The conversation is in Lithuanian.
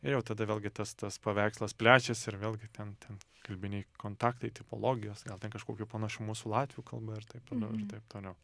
ir jau tada vėlgi tas tas paveikslas plečiasi ir vėlgi ten ten kalbiniai kontaktai tipologijos gal ten kažkokių panašumų su latvių kalba ir taip toliau ir taip toliau